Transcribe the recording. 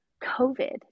COVID